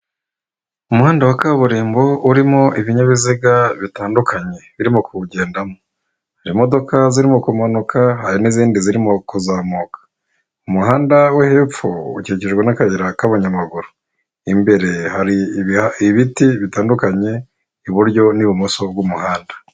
Umuhanda wa kaburimbo urimo ibinyabiziga bitandukanye birimo kuwugendamo hari imodoka zirimo kumanuka hari n'izindi zirimo kuzamuka umuhanda wo hepfo ukikijwe n'akayigera k'abanyamaguru imbere hari ibiti bitandukanye iburyo n'ibumoso bw'umuhanda.